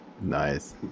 Nice